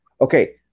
Okay